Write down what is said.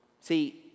See